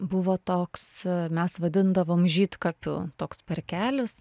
buvo toks mes vadindavom žydkapių toks parkelis